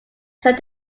said